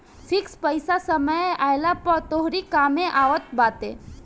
fix पईसा समय आईला पअ तोहरी कामे आवत बाटे